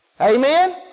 amen